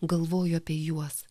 galvoju apie juos